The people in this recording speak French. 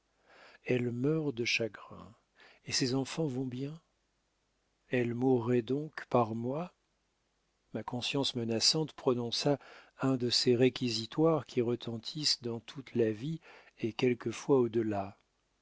elle meurt de chagrin et ses enfants vont bien elle mourait donc par moi ma conscience menaçante prononça un de ces réquisitoires qui retentissent dans toute la vie et quelquefois au